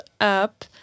up